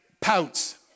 Pouts